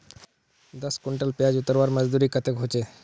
दस कुंटल प्याज उतरवार मजदूरी कतेक होचए?